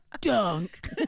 dunk